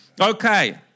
Okay